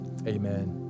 Amen